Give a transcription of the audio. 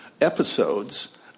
episodes